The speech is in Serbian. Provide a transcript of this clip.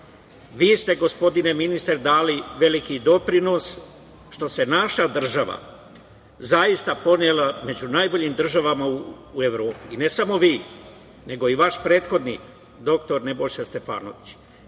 vi ste gospodine ministre dali veliki doprinos što se naša država zaista ponela među najboljim državama u Evropi. Ne samo vi, nego i vaš prethodnik, dr Nebojša Stefanović